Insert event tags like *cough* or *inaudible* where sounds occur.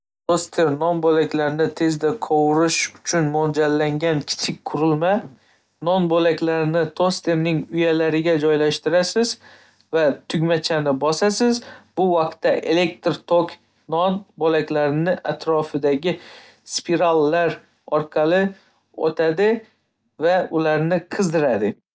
*unintelligible* non bo‘laklarini tezda qovurish uchun mo‘ljallangan kichik qurilma. Non bo'laklarini tosterning uyalariga joylashtirasiz va tugmachani bosasiz. Bu vaqtda elektr tok non bo'laklari atrofidagi spirallar orqali o'tadi va ularni qizdiradi.